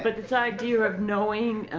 but this idea of knowing